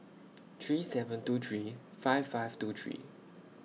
three seven two three five five two three